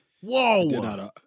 Whoa